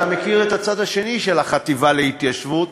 אתה מכיר את הצד השני של החטיבה להתיישבות,